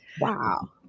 Wow